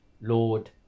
Lord